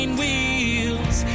wheels